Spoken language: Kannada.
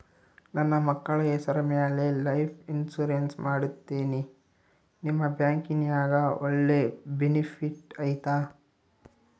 ನನ್ನ ಮಕ್ಕಳ ಹೆಸರ ಮ್ಯಾಲೆ ಲೈಫ್ ಇನ್ಸೂರೆನ್ಸ್ ಮಾಡತೇನಿ ನಿಮ್ಮ ಬ್ಯಾಂಕಿನ್ಯಾಗ ಒಳ್ಳೆ ಬೆನಿಫಿಟ್ ಐತಾ?